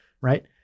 right